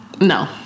no